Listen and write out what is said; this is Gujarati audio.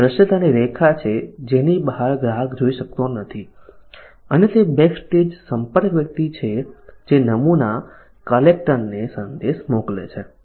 પછી દૃશ્યતાની રેખા છે જેની બહાર ગ્રાહક જોઈ શકતો નથી અને તે બેકસ્ટેજ સંપર્ક વ્યક્તિ છે જે નમૂના કલેક્ટરને સંદેશ મોકલે છે